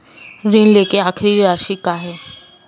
ऋण लेके आखिरी राशि का हे?